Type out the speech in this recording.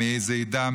מאיזו עדה,